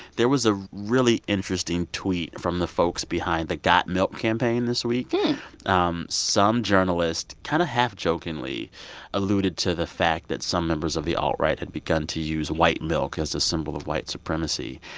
there was a really interesting tweet from the folks behind the got milk campaign this week um some journalist kind of half-jokingly alluded to the fact that some members of the alt-right had begun to use white milk as a symbol of white supremacy.